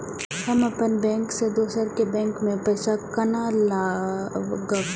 हम अपन बैंक से दोसर के बैंक में पैसा केना लगाव?